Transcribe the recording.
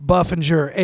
Buffinger